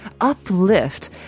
uplift